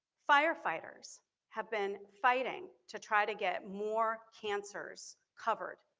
firefighters have been fighting to try to get more cancers covered